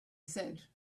said